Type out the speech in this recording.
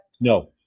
No